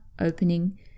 Opening